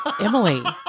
Emily